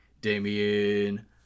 Damian